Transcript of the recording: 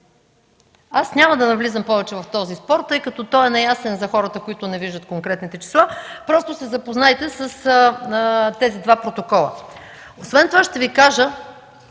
Аз няма да навлизам повече в този спор, тъй като той е неясен за хората, които не виждат конкретните числа. Просто се запознайте с тези два протокола. Освен това ще Ви кажа,